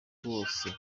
rwose